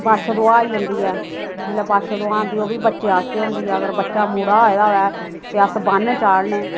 बच्छ दुआऽ आई जंदी ऐ जेल्लै बच्छ दुआऽ आंदी ऐ ते ओह् बी बच्चे आस्तै होंदी ऐ अगर बच्चा मुड़ा होए दा होऐ ते अस बन्न चाढ़ने